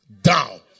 down